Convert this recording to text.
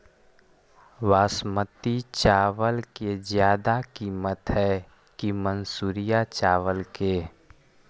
बासमती चावल के ज्यादा किमत है कि मनसुरिया चावल के?